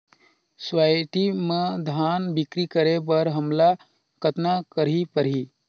Society म धान बिक्री करे बर हमला कतना करे परही?